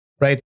right